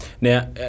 Now